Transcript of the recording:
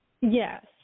yes